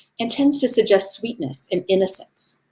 and tends to suggest sweetness and innocence.